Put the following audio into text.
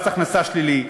מס הכנסה שלילי,